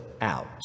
out